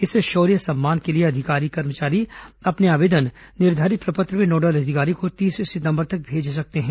इस शौर्य सम्मान के लिए अधिकारी कर्मचारी अपने आवेदन निर्धारित प्रपत्र में नोडल अधिकारी को तीस सितंबर तक भेज सकते हैं